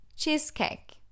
cheesecake